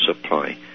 supply